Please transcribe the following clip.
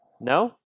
No